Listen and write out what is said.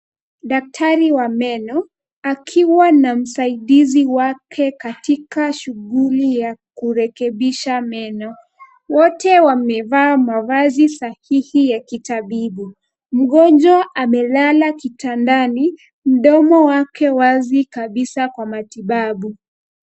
Daktari wa meno akiwa na msaidizi wake katika shughuli ya kurekebisha meno. Wote wamevaa mavazi sahihi ya kitabibu. Mgonjwa amelala kitandani mdomo wake wazi kabisa kwa matibabu.